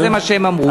כי זה מה שהם אמרו.